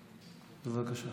בבקשה.